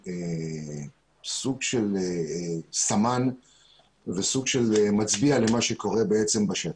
סוג של סמן וסוג של מצביע למה שקורה בשטח.